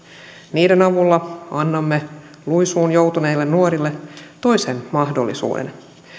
niiden avulla annamme luisuun joutuneille nuorille toisen mahdollisuuden